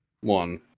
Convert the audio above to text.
one